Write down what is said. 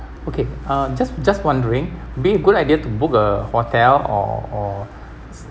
okay uh just just wondering be it a good idea to book a hotel or or